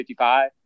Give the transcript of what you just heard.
55